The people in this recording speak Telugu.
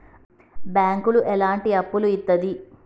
బ్యాంకులు ఎట్లాంటి అప్పులు ఇత్తది?